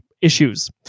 issues